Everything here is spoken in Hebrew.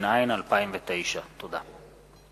התש"ע 2009. תודה.